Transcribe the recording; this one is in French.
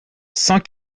cent